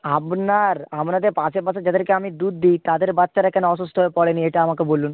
আপনার আপনাদের পাশেপাশে যাদেরকে আমি দুধ দিই তাদের বাচ্চারা কেন অসুস্থ হয়ে পড়েনি এটা আমাকে বলুন